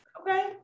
Okay